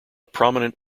prominent